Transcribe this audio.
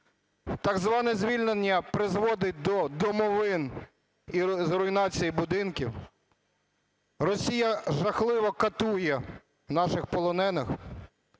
Так зване звільнення призводить до домовин і руйнації будинків. Росія жахливо катує наших полонених.